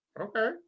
okay